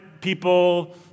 people